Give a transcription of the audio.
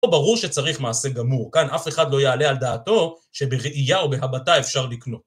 פה ברור שצריך מעשה גמור, כאן אף אחד לא יעלה על דעתו שבראייה או בהבטה אפשר לקנות.